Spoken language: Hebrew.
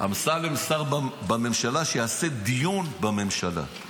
אמסלם שר בממשלה, שיעשה דיון בממשלה.